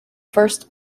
first